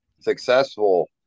successful